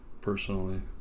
personally